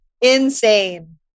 Insane